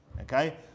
okay